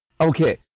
Okay